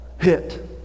hit